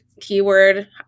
keyword